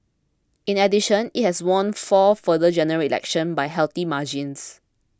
in addition it has won four further General Elections by healthy margins